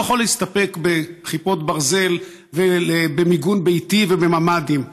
יכול להסתפק בכיפות ברזל ובמיגון ביתי ובממ"דים,